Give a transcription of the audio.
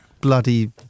bloody